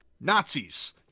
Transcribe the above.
Nazis